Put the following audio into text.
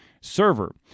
server